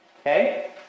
Okay